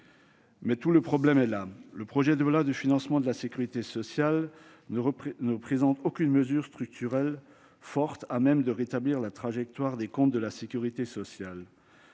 Mais tout le problème est là : le projet de loi de financement de la sécurité sociale ne présente aucune mesure structurelle forte à même de rétablir la trajectoire des comptes de la sécurité sociale.